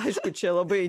aišku čia labai